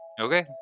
okay